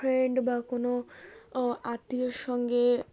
friend বা কোনো আত্মীয়ের সঙ্গে